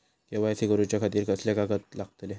KYC करूच्या खातिर कसले कागद लागतले?